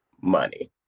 money